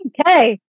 Okay